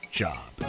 job